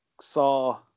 saw